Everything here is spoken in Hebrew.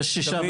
יש שישה